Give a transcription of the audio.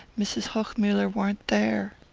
mrs. hochmuller warn't there.